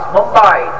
Mumbai